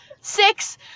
six